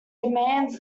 demands